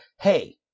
hey